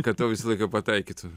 kad tau visą laiką pataikytų